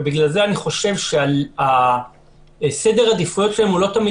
ובגלל זה אני חושב שסדר העדיפויות שלהם הוא לא תמיד